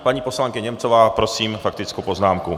Paní poslankyně Němcová, prosím faktickou poznámku.